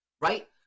Right